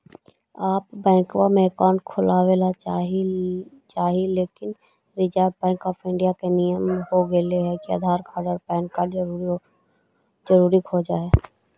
आब बैंकवा मे अकाउंट खोलावे ल चाहिए लेकिन रिजर्व बैंक ऑफ़र इंडिया के नियम हो गेले हे आधार कार्ड पैन कार्ड जरूरी खोज है?